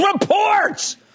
reports